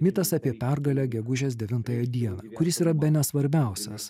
mitas apie pergalę gegužės devintąją dieną kuris yra bene svarbiausias